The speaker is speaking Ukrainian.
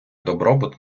добробут